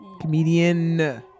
Comedian